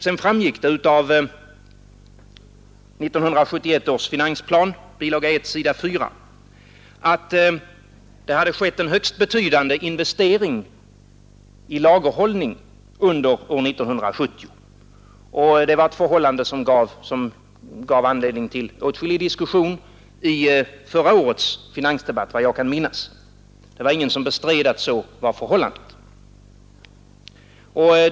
Det framgick av 1971 års finansplan, bilaga 1, s. 4, att det hade skett en högst betydande investering i lagerhållning under år 1970. Det var ett förhållande som gav anledning till åtskillig diskussion i förra årets finansdebatt, såvitt jag kan minnas, och ingen bestred att så var förhållandet.